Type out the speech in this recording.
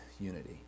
unity